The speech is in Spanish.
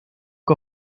que